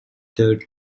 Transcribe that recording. third